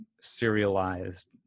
serialized